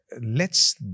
lets